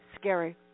scary